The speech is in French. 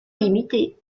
limité